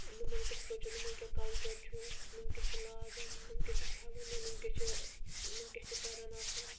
نۄمَن کتھٕ کٲٹھۍ چھِ نۄمَن کیاہ کلچر چھُ نۄم کیاہ چھِ لاگان نۄم کیاہ چھِ کھیٚوان یا نۄم کیاہ چھِ نۄم کیاہ چھِ کران آسان